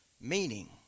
Meaning